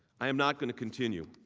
i am not going to continue